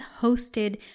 hosted